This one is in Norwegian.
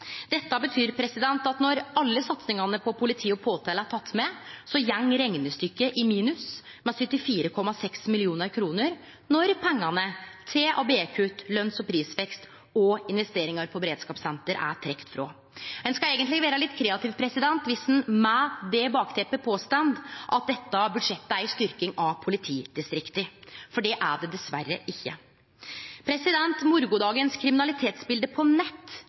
Dette betyr at når alle satsingane til politi og påtalemakt er tekne med, går reknestykket i minus med 74,6 mill. kr, når pengane til ABE-kutt, løns- og prisvekst og investeringar til beredskapssenter er trekte frå. Ein skal eigentleg vere litt kreativ viss ein – med det bakteppet – påstår at dette budsjettet er ei styrking av politidistrikta, for det er det dessverre ikkje. Morgondagens kriminalitetsbilde på nett